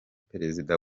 perezida